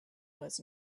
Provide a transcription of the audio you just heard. words